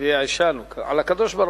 הכוונה על הקדוש-ברוך-הוא,